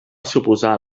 suposar